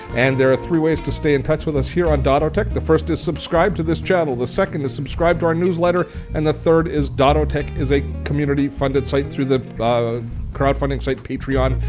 and there are three ways to stay in touch with us here on dottotech. the first is subscribe to this channel, the second is subscribe to our newsletter and the third is dottotech is a community-funded site through the crowdfunding site, patreon.